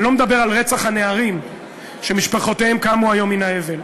אני לא מדבר על רצח הנערים שמשפחותיהם קמו היום מהאבל.